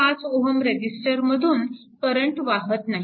5 Ω रेजिस्टरमधून करंट वाहत नाही